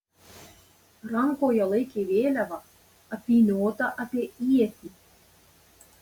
rankoje laikė vėliavą apvyniotą apie ietį